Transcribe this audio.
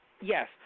Yes